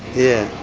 yeah.